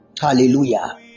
Hallelujah